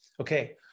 okay